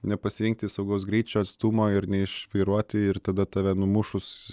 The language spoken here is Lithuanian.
nepasirinkti saugaus greičio atstumo ir neišvairuoti ir tada tave numušus